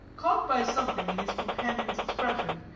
caught by something in his companion's expression,